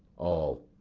all.